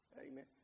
Amen